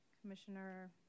Commissioner